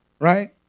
right